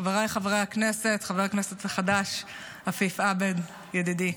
חבריי חברי הכנסת, חבר הכנסת החדש עפיף עבד ידידי.